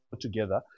together